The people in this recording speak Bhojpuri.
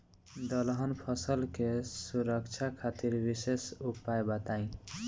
दलहन फसल के सुरक्षा खातिर विशेष उपाय बताई?